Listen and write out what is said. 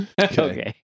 Okay